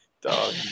Dog